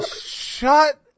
Shut